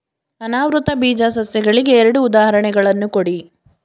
ಅನಾವೃತ ಬೀಜ ಸಸ್ಯಗಳಿಗೆ ಎರಡು ಉದಾಹರಣೆಗಳನ್ನು ಕೊಡಿ